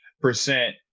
percent